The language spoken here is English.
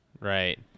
right